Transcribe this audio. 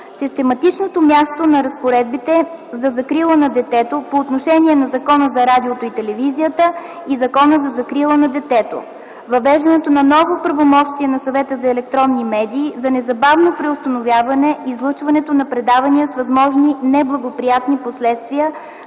систематичното място на разпоредбите за закрила на детето по отношение на Закона за радиото и телевизията и Закона за закрила на детето; въвеждането на ново правомощие на Съвета за електронни медии за незабавно преустановяване излъчването на предавания с възможни неблагоприятни последствия